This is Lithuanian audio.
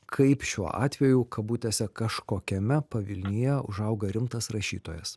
kaip šiuo atveju kabutėse kažkokiame pavilnyje užauga rimtas rašytojas